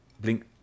blink